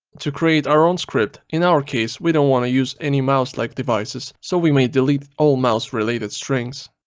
to create our own script in our case we don't want to use any mouse-like devices, so, we may delete all mouse related strings.